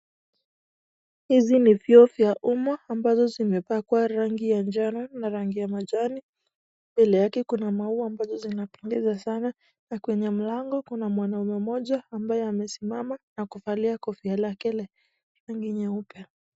Hizi ni vyoo vya umma, ambazo zimepakwa rangi ya njano na rangi ya majani. Mbele yake kuna maua ambazo zinapendeza sana. Na kwenye mlango kuna mwanaume mmoja, ambaye amesimama na kuvalia kofia lake lenye rangi nyeupe